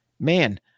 Man